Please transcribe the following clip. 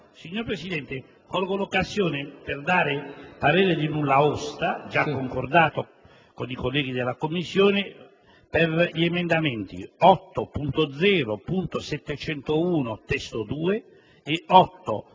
Signor Presidente, colgo l'occasione per dare parere di nulla osta, già concordato con i colleghi della Commissione, sugli emendamenti 8.705 (testo 2) e 8.0.701